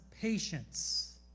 patience